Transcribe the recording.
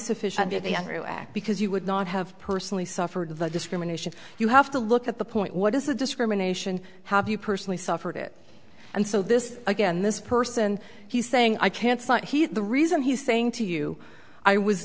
sufficient to act because you would not have personally suffered discrimination you have to look at the point what is the discrimination have you personally suffered it and so this again this person he's saying i can't cite he's the reason he's saying to you i was